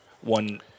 one